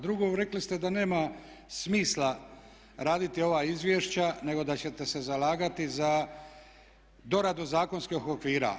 Drugo, rekli ste da nema smisla raditi ova izvješća nego da ćete se zalagati za doradu zakonskih okvira.